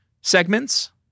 segments